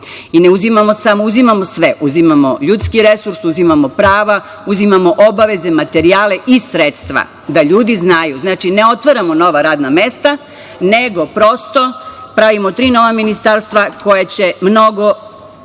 govorimo. Ne uzimamo sve, uzimamo ljudski resurs, uzimamo prava, uzimamo obaveze, materijale i sredstva. Da ljudi znaju, znači, ne otvaramo nova radna mesta, nego prosto pravimo tri nova ministarstva koja će mnogo